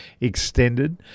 extended